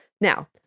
Now